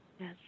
Yes